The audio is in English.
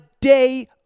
day